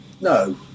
No